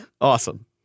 Awesome